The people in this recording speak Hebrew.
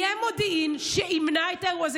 יהיה מודיעין שימנע את האירוע הזה?